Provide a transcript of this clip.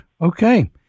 Okay